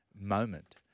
moment